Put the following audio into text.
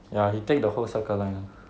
ya he take the whole circle line ah